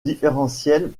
différentielle